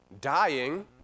dying